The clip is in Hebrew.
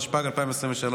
התשפ"ג 2023,